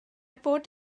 bod